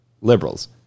liberals